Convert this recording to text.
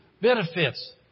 Benefits